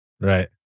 right